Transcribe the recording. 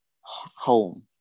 home